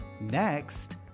Next